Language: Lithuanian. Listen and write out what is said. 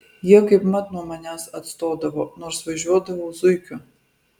jie kaip mat nuo manęs atstodavo nors važiuodavau zuikiu